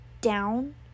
down